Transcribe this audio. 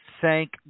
Thank